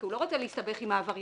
כי הוא לא רוצה להסתבך עם העבריינים,